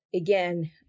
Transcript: again